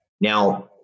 Now